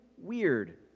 weird